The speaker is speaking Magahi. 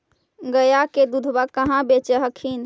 गया के दूधबा कहाँ बेच हखिन?